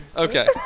Okay